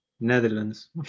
Netherlands